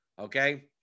okay